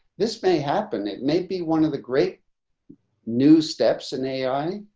this may happen, it may be one of the great new steps in ai.